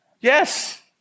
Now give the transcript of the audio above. yes